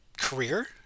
career